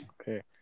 Okay